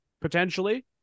potentially